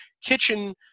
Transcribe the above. kitchen